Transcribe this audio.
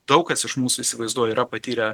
daug kas iš mūsų įsivaizduoju yra patyrę